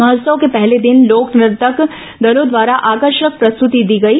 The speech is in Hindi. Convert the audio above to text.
महोत्सव के पहले दिन लोक नर्तक दलों द्वारा आकर्षक प्रस्तुति दी गई